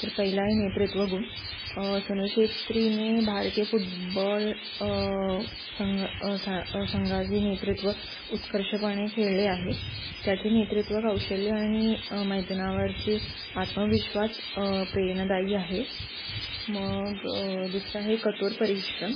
तर पहिला आहे नेतृत्व गुण सुनील शेत्रीने भारतीय फुटबॉल संघ स संघाचे नेतृत्व उत्कर्षपणे खेळले आहे त्याचे नेतृत्व कौशल्य आणि मैदानावरचे आत्मविश्वास प्रेरणादायी आहे मग दुसरा आहे कठोर परिश्रम